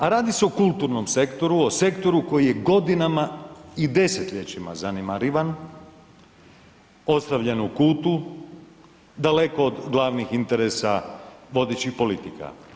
A radi se o kulturnom sektoru, o sektoru koji je godinama i desetljećima zanemarivan, ostavljen u kutu, daleko od glavnih interesa vodećih politika.